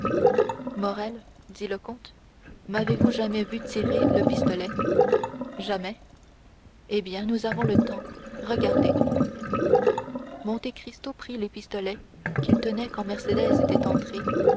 morrel dit le comte m'avez-vous jamais vu tirer le pistolet jamais eh bien nous avons le temps regardez monte cristo prit les pistolets qu'il tenait quand mercédès était entrée